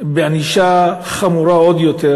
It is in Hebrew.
בענישה חמורה עוד יותר,